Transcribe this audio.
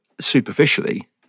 superficially